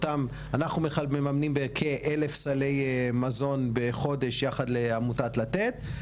אנחנו מממנים בכ-1,000 סלי מזון בחודש יחד לעמותת לתת.